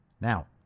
Now